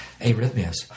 arrhythmias